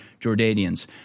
Jordanians